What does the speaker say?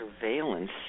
surveillance